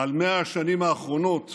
על 100 השנים האחרונות